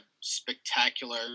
spectacular